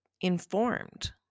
informed